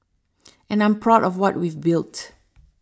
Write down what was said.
and I'm proud of what we've built